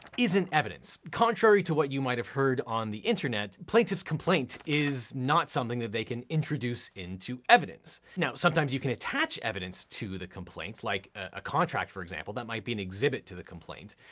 isn't evidence. contrary to what you might have heard on the internet, plaintiff's complaint is not something that they can introduce into evidence. now sometimes you can attach evidence to the complaints, like a contract, for example. that might be an exhibit to the complaint.